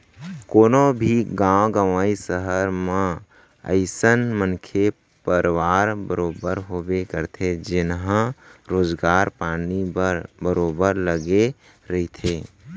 कोनो भी गाँव गंवई, सहर म अइसन मनखे परवार बरोबर होबे करथे जेनहा रोजगार पानी म बरोबर लगे रहिथे